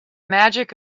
magic